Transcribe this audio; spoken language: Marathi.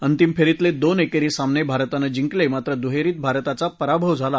अंतिम फेरीतले दोन एकेरी सामने भारतानं जिंकले मात्र दुहेरीत भारताचा पराभव झाला